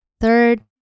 third